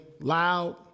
loud